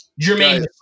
Jermaine